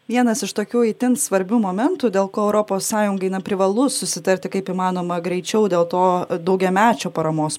vienas iš tokių itin svarbių momentų dėl ko europos sąjungai na privalu susitarti kaip įmanoma greičiau dėl to daugiamečio paramos